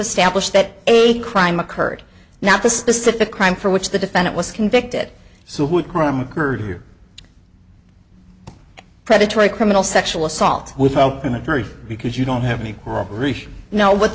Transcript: establish that a crime occurred not the specific crime for which the defendant was convicted so who would crime occurred here predatory criminal sexual assault without an attorney because you don't have any know what